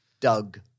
Doug